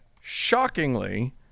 shockingly